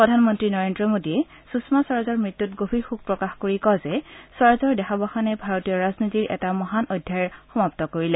প্ৰধানমন্ত্ৰী নৰেন্দ্ৰ মোদীয়ে সুষমা স্বৰাজৰ মৃত্যুত গভীৰ শোক প্ৰকাশ কৰি কয় যে স্বৰাজৰ দেহাৱসানে ভাৰতীয় ৰাজনীতিৰ এটা মহান অধ্যায় সমাপ্ত কৰিলে